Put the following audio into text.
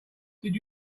did